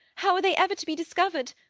how are they ever to be discovered?